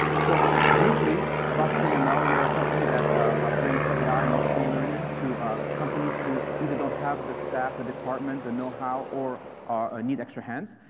so briefly about springml, we're a company that brings ai and machine learning to companies who either don't have the staff, the department, the and know-how, or or need extra hands.